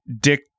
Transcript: dick